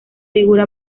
figura